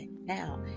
Now